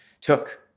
took